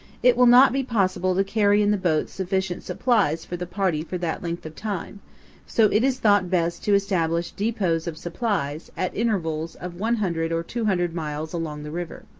it will not be possible to carry in the boats sufficient supplies for the party for that length of time so it is thought best to establish depots of supplies, at intervals of one hundred or two hundred miles along the river.